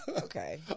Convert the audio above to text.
Okay